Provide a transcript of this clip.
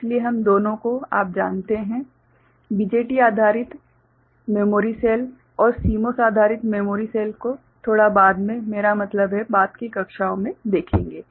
इसलिए हम दोनों को आप जानते हैं BJT आधारित मेमोरी सेल और CMOS आधारित मेमोरी सेल को थोड़ा बाद में मेरा मतलब है बाद की कक्षाओं में देखेंगे